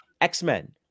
X-Men